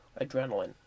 adrenaline